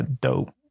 dope